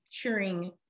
curing